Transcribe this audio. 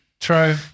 True